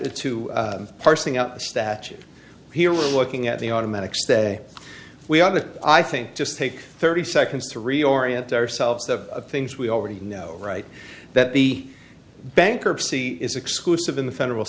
the statute here we're looking at the automatic stay we have to i think just take thirty seconds to reorient ourselves of things we already know right that the bankruptcy is exclusive in the federal